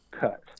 cut